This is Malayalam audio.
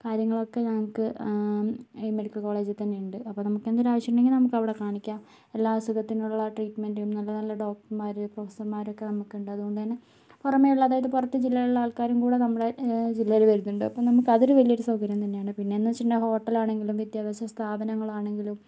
കാര്യങ്ങളൊക്കെ ഞങ്ങക്ക് മെഡിക്കൽ കോളേജിത്തന്നെ ഉണ്ട് അപ്പോൾ നമുക്കെന്തെങ്കിലും ആവശ്യമുണ്ടെങ്കിൽ നമുക്കവിടെ കാണിക്കാം എല്ലാ അസുഖത്തിനുള്ള ട്രീറ്റ്മെന്റും നല്ല നല്ല ഡോക്ടർമാര് പ്രൊഫസർമാര് ഒക്കെ നമുക്കുണ്ട് അതുകൊണ്ടുതന്നെ പുറമേയുള്ള അതായത് പോറത്തെ ജില്ലയിലെ ആൾക്കാരും കൂടെ നമ്മുടെ ജില്ലേല് വരുന്നുണ്ട് അപ്പോൾ നമുക്ക് അതൊരു വലിയൊരു സൗകര്യം തന്നെയാണ് പിന്നെന്നു വച്ചിട്ടുടെങ്കിൽ ഹോട്ടലാണെങ്കിലും വിദ്യാഭ്യാസ സ്ഥാപനങ്ങളാണെങ്കിലും